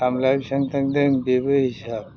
खामलाया बेसेबां थांदों बेबो हिसाब